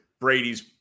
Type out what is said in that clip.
Brady's